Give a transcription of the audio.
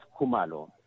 Kumalo